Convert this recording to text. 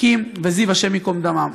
קים וזיו, השם ייקום דמם.